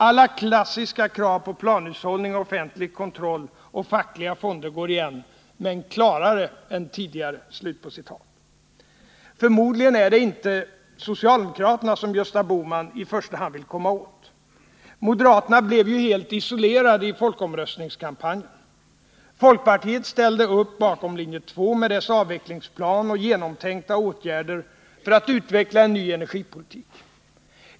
Alla klassiska krav på planhushållning och offentlig kontroll och fackliga fonder går igen, men klarare än tidigare.” Förmodligen är det inte socialdemokraterna som Gösta Bohman i första hand vill komma åt. Moderaterna blev ju helt isolerade i folkomröstningskampanjen. Folkpartiet ställde upp bakom linje 2 med dess avvecklingsplan och genomtänkta åtgärder för utveckling av en ny energipolitik.